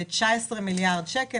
19 מיליארד שקל